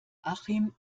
achim